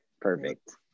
Perfect